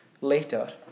later